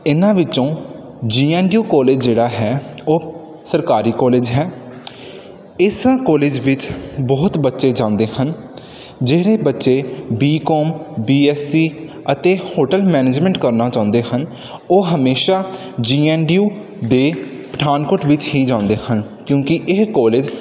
ਇਨ੍ਹਾਂ ਵਿੱਚੋਂ G N D U college ਜਿਹੜਾ ਹੈ ਉਹ ਸਰਕਾਰੀ ਕੋਲੇਜ ਹੈ ਇਸ ਕੋਲੇਜ ਵਿੱਚ ਬਹੁਤ ਬੱਚੇ ਜਾਂਦੇ ਹਨ ਜਿਹੜੇ ਬੱਚੇ B com B S C ਅਤੇ ਹੋਟਲ ਮੈਨੇਜਮੈਂਟ ਕਰਨਾ ਚਾਹੁੰਦੇ ਹਨ ਉਹ ਹਮੇਸ਼ਾ ਜੀ ਐਨ ਡੀ ਯੂ ਦੇ ਪਠਾਨਕੋਟ ਵਿੱਚ ਹੀ ਜਾਂਦੇ ਹਨ ਕਿਉਂਕਿ ਇਹ ਕੋਲੇਜ